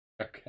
Okay